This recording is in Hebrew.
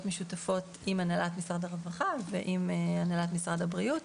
משותפות עם הנהלת משרד הרווחה ועם הנהלת משרד הבריאות